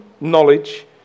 knowledge